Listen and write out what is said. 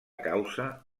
causa